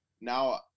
now